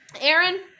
Aaron